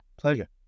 Pleasure